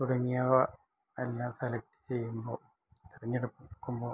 തുടങ്ങിയവ എല്ലാം സെലക്ട് ചെയ്യുമ്പോൾ തെരഞ്ഞെടുക്കുമ്പോൾ